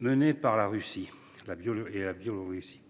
menée par la Russie et la Biélorussie.